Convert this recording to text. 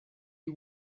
you